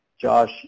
Josh